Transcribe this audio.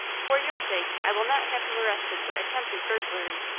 for your sake i will not have him arrested for attempted burglary.